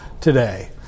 today